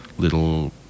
little